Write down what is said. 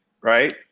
right